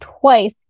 twice